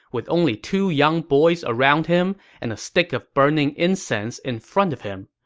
with only two young boys around him and a stick of burning incense in front of him.